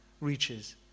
reaches